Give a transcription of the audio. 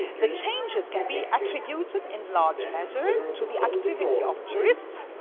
the changes can be attributed in large measure to the activity of jurists,